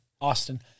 Austin